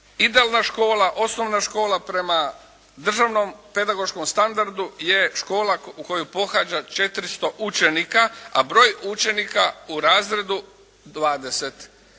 Idealna škola, osnovna škola prema državnom pedagoškom standardu je škola koju pohađa 400 učenika, a broj učenika u razredu 20.